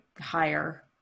higher